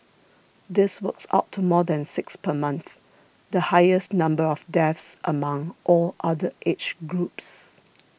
this works out to more than six per month the highest number of deaths among all other age groups